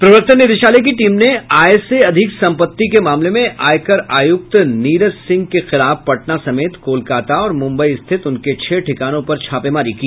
प्रवर्तन निदेशालय की टीम ने आय से अधिक संपत्ति के मामले में आयकर आयुक्त नीरज सिंह के खिलाफ मामले में पटना समेत कोलकाता और मुंबई स्थित उनके छह ठिकानों पर छापेमारी की